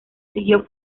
siguió